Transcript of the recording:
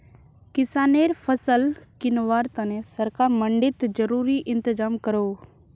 किस्सानेर फसल किंवार तने सरकार मंडित ज़रूरी इंतज़ाम करोह